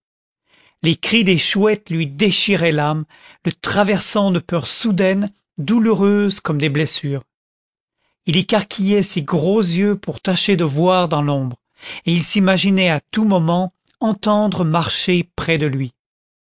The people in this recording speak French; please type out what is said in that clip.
les cris des chouettes lui déchiraient l'âme le traversant de peurs soudaines douloureuses comme des blessures il écarquillait ses gros yeux pour tâcher de voir dans l'ombre et il s'imaginait à tout moment entendre marcher près de lui